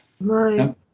Right